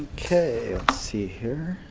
see here.